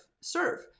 serve